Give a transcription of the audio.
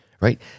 Right